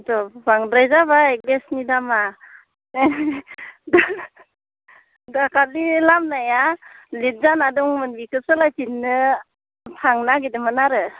बांद्राय जाबाय गेसनि दामा दाखालि लामनाया लिक जाना दंमोन बेखौ सोलायफिननो थांनो नागिरदोंमोन आरो